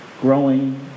growing